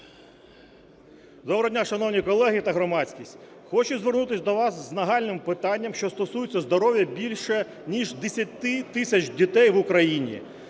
Доброго дня, шановні колеги та громадськість! Хочу звернутися до вас з нагальним питанням, що стосується здоров'я більше ніж 10 тисяч дітей в Україні.